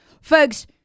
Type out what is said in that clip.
Folks